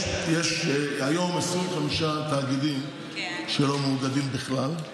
יש היום 25 תאגידים שלא מאוגדים בכלל.